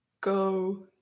go